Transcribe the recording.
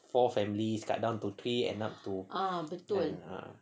four families cut down to three ended up to two kan ah